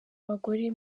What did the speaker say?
bagore